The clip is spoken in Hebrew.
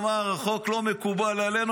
אמר: החוק לא מקובל עלינו.